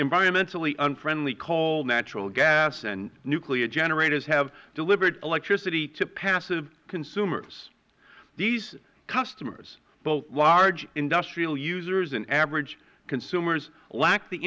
environmentally unfriendly coal natural gas and nuclear generators have delivered electricity to passive consumers these customers both large industrial users and average consumers lacked the